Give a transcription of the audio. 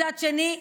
מצד שני,